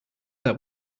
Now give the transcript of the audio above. that